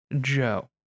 Joe